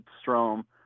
Strom